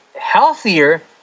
healthier